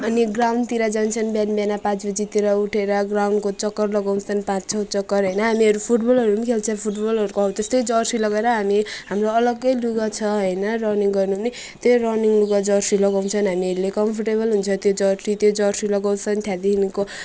अनि ग्राउन्डतिर जान्छन् बिहान बिहान पाँच बजीतिर उठेर ग्राउन्डको चक्कर लगाउँछौँ पाँच छ चक्कर होइन हामीहरू फुटबलहरू पनि खेल्छौँ फुटबलहरूको हौ त्यस्तै जर्सी लगाएर हामी हाम्रो अलगै लुगा छ होइन रनिङ गर्नु पनि त्यो रनिङ लुगा जर्सी लगाउँछन् हामीहरूले कम्फोर्टेबल हुन्छ त्यो जर्सी त्यो जर्सी लगाउँछन् त्यहाँदेखिको